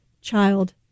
child